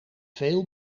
veel